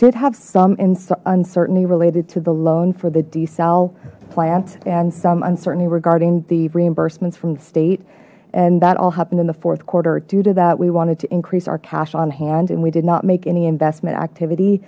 did have some in sun certainly related to the loan for the d cell plant and some uncertainty regarding the reimbursements from the state and that all happened in the fourth quarter due to that we wanted to increase our cash on hand and we did not make any investment activity